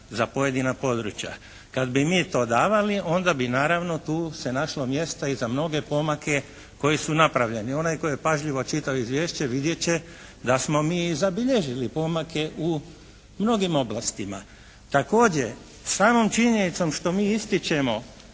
za pojedina područja. Kad bi mi to davali onda bi naravno tu se našlo mjesta i za mnoge pomake koji su napravljeni. Onaj tko je pažljivo čitao izvješće vidjet će da smo mi zabilježili pomake u mnogim oblastima. Također, samom činjenicom što mi ističemo